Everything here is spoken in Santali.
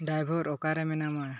ᱰᱟᱭᱵᱷᱚᱨ ᱚᱠᱟᱨᱮ ᱢᱮᱱᱟᱢᱟ